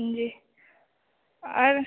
जी और